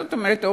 זאת אומרת,